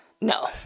No